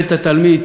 בבית-התלמיד,